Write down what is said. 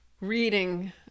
reading